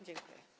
Dziękuję.